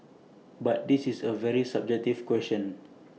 but this is A very subjective question